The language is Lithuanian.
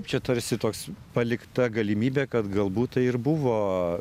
čia tarsi toks palikta galimybė kad galbūt tai ir buvo